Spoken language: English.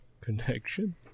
connection